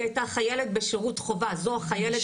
היא הייתה חיילת בשירות חובה,